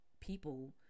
people